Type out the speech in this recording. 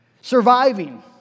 surviving